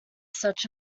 such